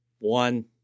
One